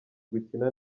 gukina